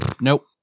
Nope